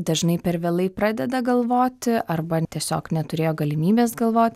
dažnai per vėlai pradeda galvot arba tiesiog neturėjo galimybės galvot